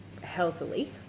healthily